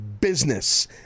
business